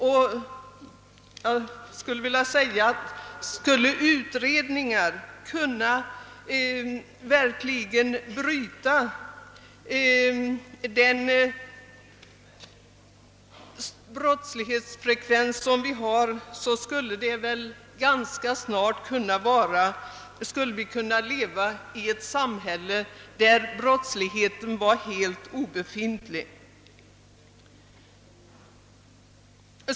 Om utredningar verkligen skulle kunna bryta den brottslighetsfrekvens som vi har, skulle vi ganska snart kunna leva i ett samhälle där brottsligheten vore helt obefintlig.